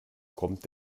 kommt